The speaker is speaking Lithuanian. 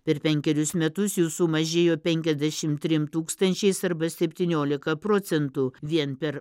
per penkerius metus jų sumažėjo penkiasdešimt trim tūkstančiais arba septyniolika procentų vien per